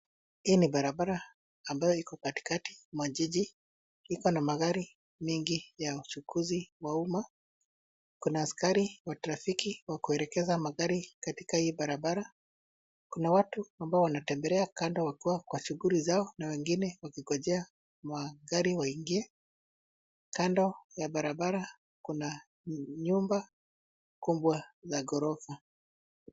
Hii ni barabara ambayo iko katikati mwa jiji. Iko na magari mingi ya uchukuzi wa umma. Kuna askari wa trafiki wa kuelekeza magari katika hii barabara. Kuna watu ambao wanatembelea kando wakiwa kwa shughuli zao na wengine wakigonjea magari waingie. Kando ya barabara kuna nyumba kubwa za ghorofa.